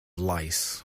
lice